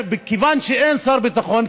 כיוון שאין שר ביטחון,